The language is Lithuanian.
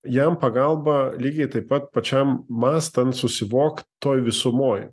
jam pagalba lygiai taip pat pačiam mąstant susivokt toj visumoj